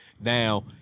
Now